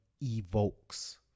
evokes